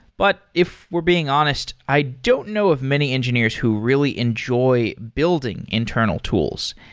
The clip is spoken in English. but if we're being honest, i don't know of many engineers who really enjoy building internal tools.